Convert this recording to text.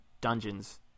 dungeons